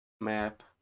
map